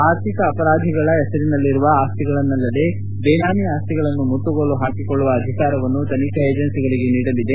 ಆರ್ಥಿಕ ಅಪರಾಧಿಗಳ ಹೆಸರಿನಲ್ಲಿರುವ ಅಸ್ತಿಗಳನ್ನಲ್ಲದೆ ಬೇನಾಮಿ ಅಸ್ತಿಗಳನ್ನು ಮುಟ್ಟುಗೋಲು ಹಾಕಿಕೊಳ್ಳುವ ಅಧಿಕಾರವನ್ನು ತನಿಖಾ ಏಜನ್ಪಿಗಳಿಗೆ ನೀಡಲಿದೆ